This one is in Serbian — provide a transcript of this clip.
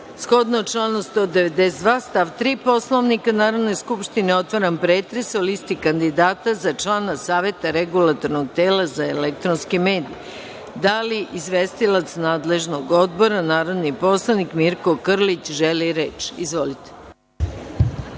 članu 192. stav 3. Poslovnika Narodne skupštine, otvaram pretres o Listi kandidata za člana Saveta regulatornog tela za elektronske medije. Da li izvestilac nadležnog odbora, narodni poslanik Mirko Krlić, želi reč? Izvolite.